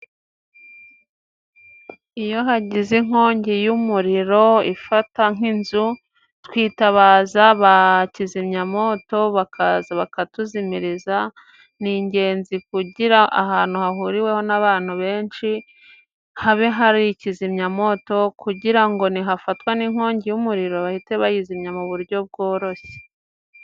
Iyo hagize inkongi y'umuriro ifata nk'inzu, twitabaza ba kizimyamoto bakaza bakatuzimiriza ,n'ingenzi kugira ahantu hahuriweho n'abantu benshi habe hari ikizimyamoto ,kugira ngo nihafatwa n'inkongi y'umuriro bahite bayizimya mu buryo bworoshe.